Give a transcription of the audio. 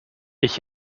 ich